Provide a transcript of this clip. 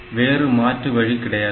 வேறு மாற்று வழி கிடையாது